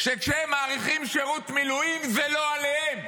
שכשהם מאריכים שירות מילואים זה לא עליהם,